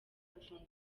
gufunga